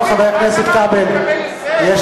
אם זה